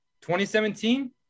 2017